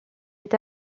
est